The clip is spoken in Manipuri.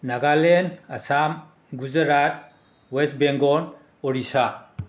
ꯅꯥꯒꯥꯂꯦꯟ ꯑꯁꯥꯝ ꯒꯨꯖꯔꯥꯠ ꯋꯦꯁ ꯕꯦꯡꯒꯣꯟ ꯑꯣꯔꯤꯁꯥ